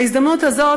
בהזדמנות הזאת,